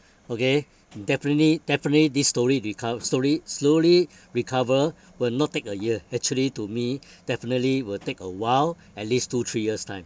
okay definitely definitely this slowly recov~ slowly slowly recover will not take a year actually to me definitely will take a while at least two three years time